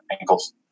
ankles